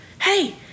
Hey